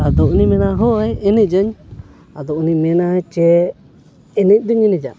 ᱟᱫᱚ ᱩᱱᱤ ᱢᱮᱱᱟ ᱦᱳᱭ ᱮᱱᱮᱡᱟᱹᱧ ᱟᱫᱚ ᱩᱱᱤ ᱢᱮᱱᱟ ᱡᱮ ᱮᱱᱮᱡ ᱫᱚᱧ ᱮᱱᱮᱡᱟ